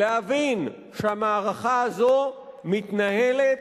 להבין שהמערכה הזו מתנהלת,